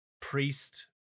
priest